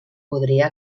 podria